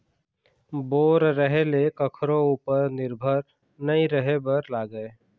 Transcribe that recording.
bore रहें ले कखरो उपर निरभर नइ रहे बर लागय